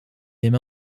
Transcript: him